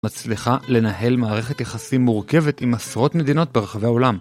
מצליחה לנהל מערכת יחסים מורכבת עם עשרות מדינות ברחבי העולם